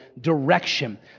direction